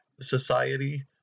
society